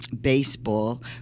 baseball